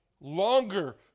longer